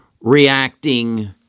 reacting